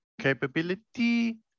capability